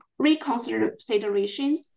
reconsiderations